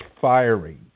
firing